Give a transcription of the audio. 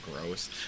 gross